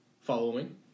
following